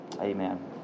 amen